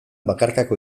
bakarkako